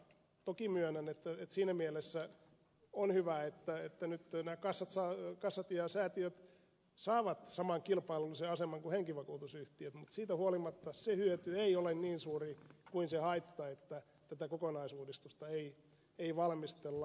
toki myönnän että siinä mielessä se on hyvä että nyt nämä kassat ja säätiöt saavat saman kilpailullisen aseman kuin henkivakuutusyhtiöt mutta siitä huolimatta se hyöty ei ole niin suuri kuin se haitta että tätä kokonaisuudistusta ei valmistella